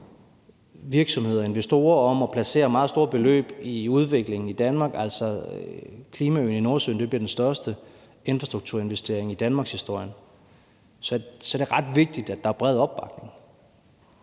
virksomheder og investorer om at placere meget store beløb i udvikling i Danmark – energiøen i Nordsøen bliver den største infrastrukturinvestering i danmarkshistorien – så er ret vigtigt, at der er bred opbakning.